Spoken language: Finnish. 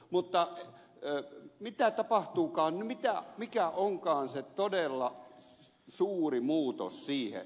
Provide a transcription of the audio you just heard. mutta mikä onkaan se todella suuri muutos siihen